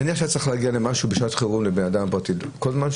נניח